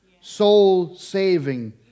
soul-saving